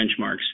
benchmarks